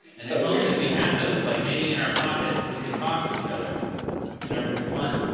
and if only we had those, like maybe in our pockets, we could talk to each other whenever we wanted.